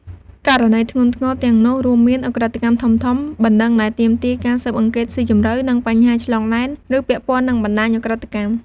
ករណីធ្ងន់ធ្ងរទាំងនោះរួមមាន ឧក្រិដ្ឋកម្មធំៗ បណ្តឹងដែលទាមទារការស៊ើបអង្កេតស៊ីជម្រៅ និងបញ្ហាឆ្លងដែន ឬពាក់ព័ន្ធនឹងបណ្តាញឧក្រិដ្ឋកម្ម។